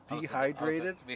dehydrated